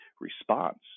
response